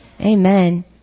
Amen